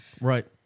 Right